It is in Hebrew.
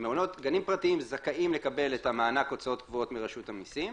גנים פרטיים זכאים לקבל את המענק הוצאות קבועות מרשות המסים,